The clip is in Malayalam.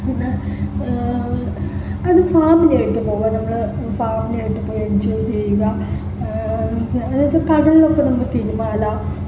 പിന്നെ പിന്നെ ഫാമിലിയായിട്ട് പോവുക നമ്മൾ ഫാമിലിയായിട്ട് പോയി എൻജോയ് ചെയ്യുക അങ്ങനെയൊക്കെ കടലിലൊക്കെ നമുക്ക് തിരമാല